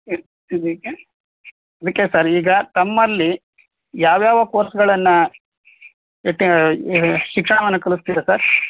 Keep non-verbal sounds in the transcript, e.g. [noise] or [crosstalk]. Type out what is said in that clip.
ಇದು [unintelligible] ಅದಕ್ಕೆ ಸರ್ ಈಗ ತಮ್ಮಲ್ಲಿ ಯಾವ ಯಾವ ಕೋರ್ಸ್ಗಳನ್ನು [unintelligible] ಶಿಕ್ಷಣವನ್ನು ಕಲಿಸ್ತೀರಾ ಸರ್